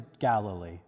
Galilee